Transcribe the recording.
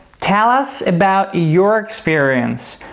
tell us about your experience,